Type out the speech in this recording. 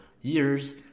years